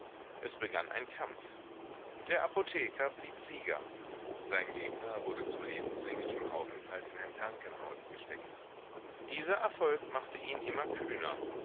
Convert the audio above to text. es begann ein kampf der apotheker blieb sieger sein gegner wurde zu lebenslänglichem aufenthalt in ein krankenhaus gesteckt dieser erfolg machte ihn immer kühner